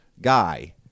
guy